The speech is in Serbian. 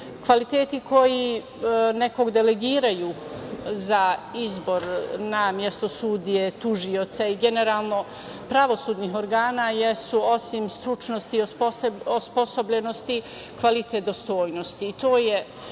kvaliteti koji nekog delegiraju za izbor na mesto sudije, tužioca i generalno pravosudnih organa jesu, osim stručnosti i osposobljenosti, kvalitet dostojnosti.